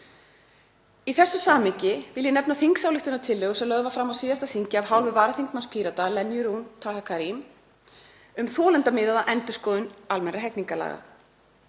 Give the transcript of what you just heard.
Í þessu samhengi vil ég nefna þingsályktunartillögu sem lögð var fram á síðasta þingi af hálfu varaþingmanns Pírata, Lenyu Rúnar Taha Karim, um þolendamiðaða endurskoðun almennra hegningarlaga.